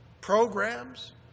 programs